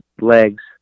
legs